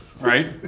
Right